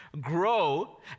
grow